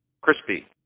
Crispy